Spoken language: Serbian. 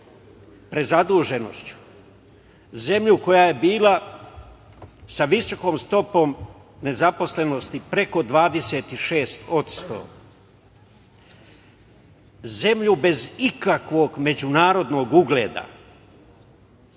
prezaduženošću, zemlju koja je bila sa visokom stopom nezaposlenosti preko 26%, zemlju bez ikakvog međunarodnog ugleda,